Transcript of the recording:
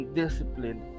discipline